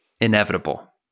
inevitable